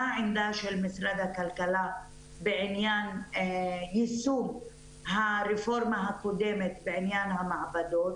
מה עמדת משרד הכלכלה בעניין יישום הרפורמה הקודמת בעניין המעבדות,